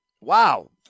Wow